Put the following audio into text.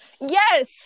yes